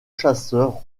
chasseurs